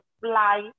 fly